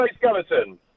skeleton